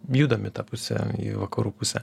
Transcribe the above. judam į tą pusę į vakarų pusę